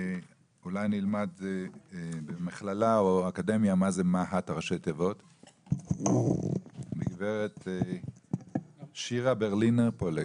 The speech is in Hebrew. אולי נלמד במכללה או אקדמיה מה זה מה"ט מגברת שירה ברלינגר פולג.